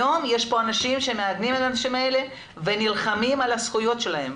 היום יש פה אנשים שדואגים לאנשים האלה ונלחמים על הזכויות שלהם,